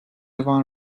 var